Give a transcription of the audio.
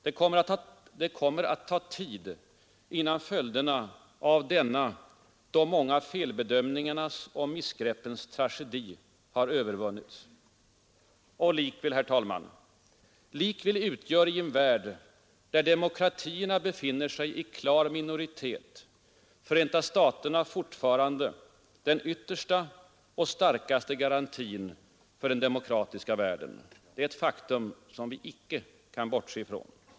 Det kommer att ta tid innan följderna av denna de många felbedömningarnas och missgreppens tragedi har övervunnits. Och likväl — herr talman — utgör i en värld, där demokratierna befinner sig i klar minoritet, Förenta staterna fortfarande den yttersta och starkaste garantin för demokratin. Det är ett faktum, som vi icke kan bortse från.